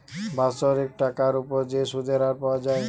বাৎসরিক টাকার উপর যে সুধের হার পাওয়া যায়